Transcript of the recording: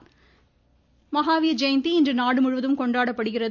மஹாவீர் ஜெயந்தி மஹாவீர் ஜெயந்தி இன்று நாடு முழுவதும் கொண்டாடப்படுகிறது